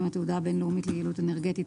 התעודה הבין-לאומית ליעילות אנרגטית